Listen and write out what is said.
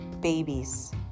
babies